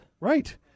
Right